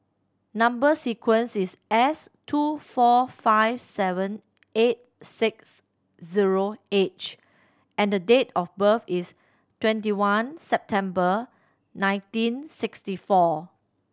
number sequence is S two four five seven eight six zero H and the date of birth is twenty one September nineteen sixty four